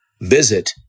Visit